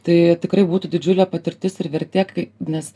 tai tikrai būtų didžiulė patirtis ir vertė kai nes